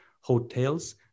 hotels